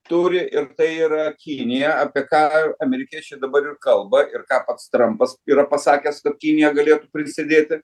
turi ir tai yra kinija apie ką amerikiečiai dabar ir kalba ir ką pats trampas yra pasakęs kad kinija galėtų prisidėti